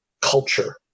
culture